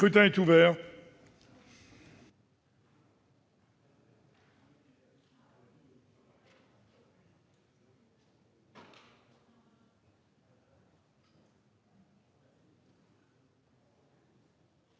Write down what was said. Le scrutin est ouvert.